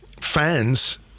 fans